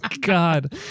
God